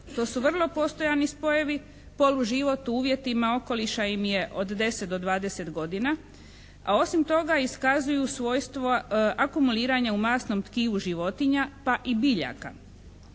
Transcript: To su vrlo postojani spojevi, polu život u uvjetima okoliša im je od 10 do 20 godina, a osim toga iskazuju svojstvo akumuliranja u masnom tkivu životinja pa i biljaka.